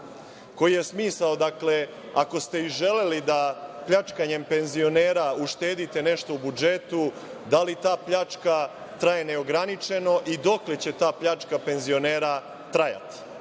Koji je smisao, dakle, ako ste i želeli da pljačkanjem penzionera uštedite nešto u budžetu, da li ta pljačka traje neograničeno i dokle će ta pljačka penzionera trajati?